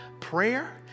Prayer